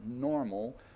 normal